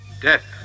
Death